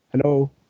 Hello